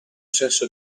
senso